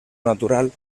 natural